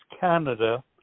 Canada